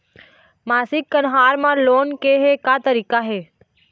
मासिक कन्हार म लोन ले के का तरीका हे?